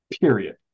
Period